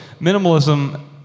minimalism